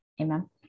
Amen